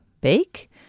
bake